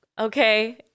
okay